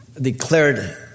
declared